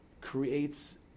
creates